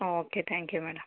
okay thank you madam